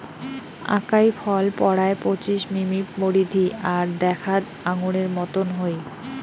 আকাই ফল পরায় পঁচিশ মিমি পরিধি আর দ্যাখ্যাত আঙুরের মতন হই